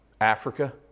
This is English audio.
Africa